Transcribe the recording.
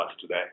today